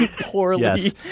Poorly